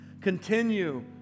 Continue